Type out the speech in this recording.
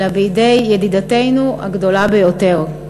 אלא בידי ידידתנו הגדולה ביותר.